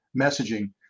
messaging